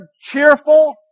cheerful